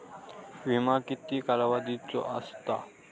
विमो किती कालावधीचो असता?